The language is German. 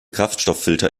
kraftstofffilter